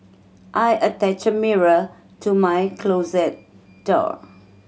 I attached a mirror to my closet door